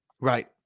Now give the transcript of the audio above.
Right